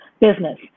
business